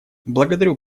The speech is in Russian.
благодарю